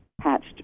hatched